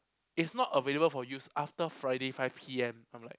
it's not available for use after Friday five P_M I'm like